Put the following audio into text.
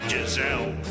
Giselle